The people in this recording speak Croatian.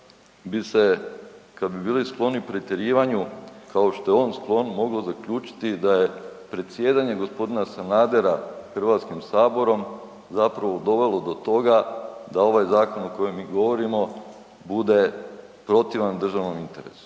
kao što je on sklon moglo zaključiti da je predsjedanje gospodina Sanadera Hrvatskim saborom zapravo dovelo do toga da ovaj zakon o kojem mi govorimo bude protivan državnom interesu.